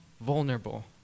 vulnerable